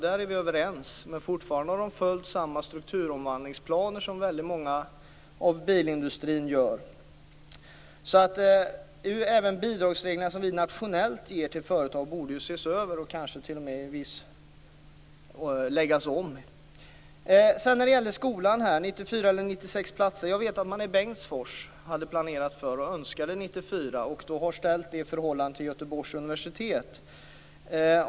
Men de har fortfarande följt samma strukturomvandlingsplaner som stora delar av bilindustrin gör. Även de bidrag som vi nationellt ger till företag borde ju ses över, och t.o.m. i viss mån läggas om. Sedan gällde det skolan och 94 eller 96 platser. Jag vet att man i Bengtsfors hade planerat för och önskade 94 platser. Man har ställt det i förhållande till Göteborgs universitet.